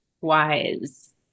Wise